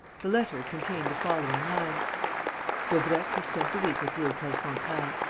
the letter contained the following lines daubrecq has spent the week at the hotel central.